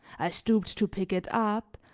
i stooped to pick it up,